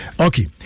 Okay